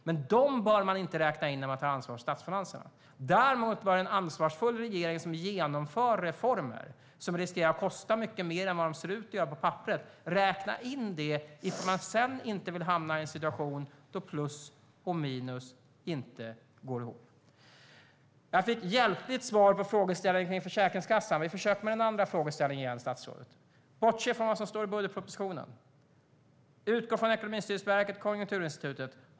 Men dem bör man inte räkna in när man tar ansvar för statsfinanserna. Däremot bör en ansvarsfull regering som genomför reformer som riskerar att kosta mycket mer än det ser ut på papperet räkna in det ifall man inte vill hamna i en situation där plus och minus inte går ihop. Jag fick hjälpligt svar på frågeställningen om Försäkringskassan. Vi försöker med den andra frågeställningen igen, statsrådet. Bortse från vad som står i budgetpropositionen! Utgå från Ekonomistyrningsverket och Konjunkturinstitutet!